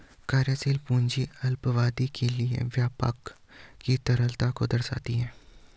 कार्यशील पूंजी अल्पावधि के लिए व्यापार की तरलता को दर्शाती है